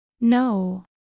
No